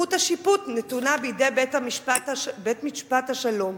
וסמכות השיפוט נתונה בידי בית-משפט השלום.